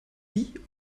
wie